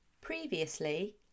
Previously